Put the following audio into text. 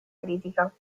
critica